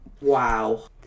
Wow